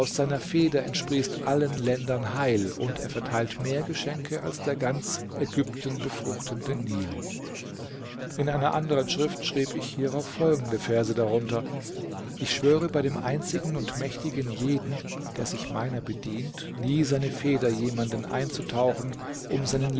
seiner feder entsprießt allen ländern heil und er verteilt mehr geschenke als der ganz ägypten befruchtende nil hier sind einige wortspiele die man nicht wiedergeben kann ebensowenig lassen sich für die verschiedenen arabischen schriften entsprechende namen finden in einer anderen schrift schrieb ich hierauf folgende verse darunter ich beschwöre bei dem einzigen und mächtigen jeden der sich meiner bedient nie seine feder jemanden einzutauchen um seinen